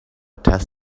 test